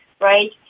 right